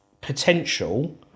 potential